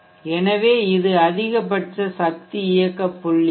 எனவே இது அதிகபட்ச சக்தி இயக்க புள்ளியாகும்